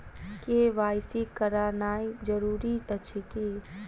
KYC करानाइ जरूरी अछि की?